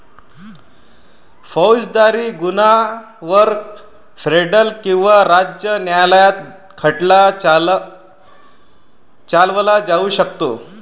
फौजदारी गुन्ह्यांवर फेडरल किंवा राज्य न्यायालयात खटला चालवला जाऊ शकतो